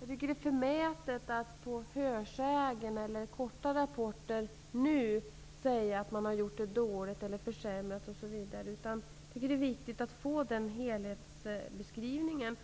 Jag tycker att det är förmätet att utifrån hörsägen eller korta rapporter nu säga att kommunerna har skött verksamheten dåligt eller försämrat den. Det är viktigt att få helhetsbeskrivningen.